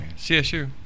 CSU